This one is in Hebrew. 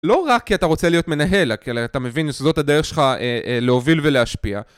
לא רק כי אתה רוצה להיות מנהל, אלא כי אתה מבין, יסודות הדרך שלך להוביל ולהשפיע.